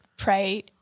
pray